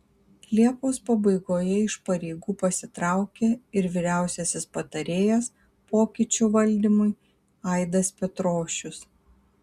liepos pabaigoje iš pareigų pasitraukė ir vyriausiasis patarėjas pokyčių valdymui aidas petrošius